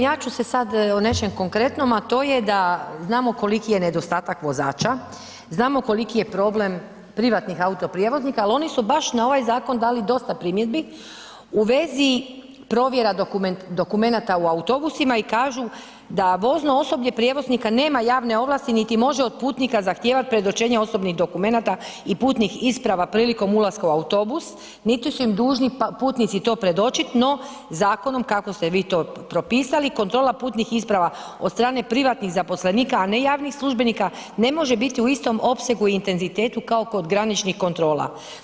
Ja ću se sad o nečem konkretnom, a to je da, znamo koliki je nedostatak vozača, znamo koliki je problem privatnih autoprijevoznika, ali oni su baš na ovaj zakon dali dosta primjedbi u vezi provjera dokumenata u autobusima i kažu da vozno osoblje prijevoznika nema javne ovlasti niti može od putnika zahtijevati predočenje osobnih dokumenata i putnih isprava prilikom ulaska u autobus niti su im dužni putnici to predočiti, no zakonom kako ste vi to propisali kontrola putnih isprava od strane privatnih zaposlenika, a ne javnih službenika ne može biti u istom opsegu i intenzitetu kao kod graničnih kontrola.